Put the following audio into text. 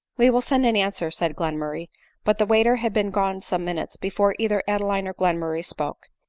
we will send an answer, said glenmurray but the waiter had been gone some minutes before either adeline or glenmurray spoke.